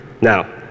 Now